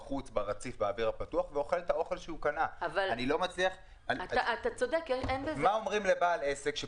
אבל לא צריך בכל קרון ולא צריך בכל תחנה.